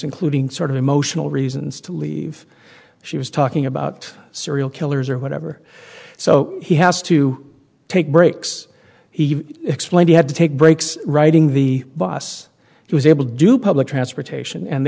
including sort of emotional reasons to leave she was talking about serial killers or whatever so he has to take breaks he explained he had to take breaks riding the boss he was able to do public transportation and